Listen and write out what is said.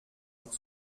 pour